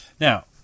Now